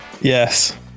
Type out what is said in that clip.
Yes